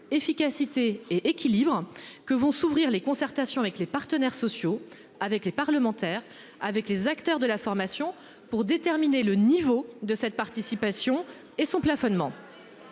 efficacité et équilibre que vont s'ouvrir les concertations avec les partenaires sociaux avec les parlementaires avec les acteurs de la formation pour déterminer le niveau de cette participation et son plafonnement.